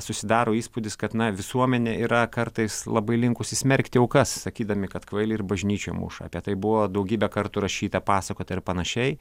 susidaro įspūdis kad na visuomenė yra kartais labai linkusi smerkti aukas sakydami kad kvailį ir bažnyčioj muša apie tai buvo daugybę kartų rašyta pasakota ir panašiai